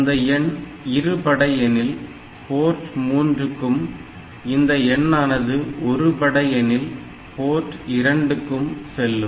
அந்த எண் இரு படை எனில் போர்ட் 3 P3 க்கும் இந்த எண்ணானது ஒரு படை எனில் Port P2 க்கும் செல்லும்